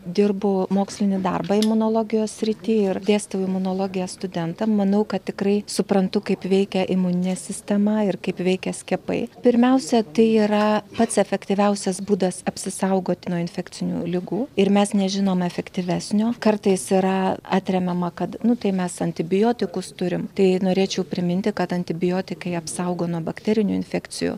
dirbu mokslinį darbą imunologijos srity ir dėstau imunologiją studentam manau kad tikrai suprantu kaip veikia imuninė sistema ir kaip veikia skiepai pirmiausia tai yra pats efektyviausias būdas apsisaugot nuo infekcinių ligų ir mes nežinom efektyvesnio kartais yra atremiama kad nu tai mes antibiotikus turim tai norėčiau priminti kad antibiotikai apsaugo nuo bakterinių infekcijų